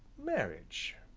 marriage!